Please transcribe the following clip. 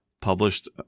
published